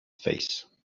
face